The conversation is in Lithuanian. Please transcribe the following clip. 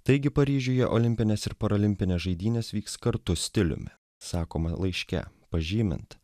taigi paryžiuje olimpinės ir paralimpinės žaidynės vyks kartu stiliumi sakoma laiške pažymint